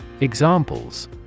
Examples